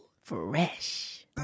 Fresh